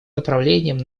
направлением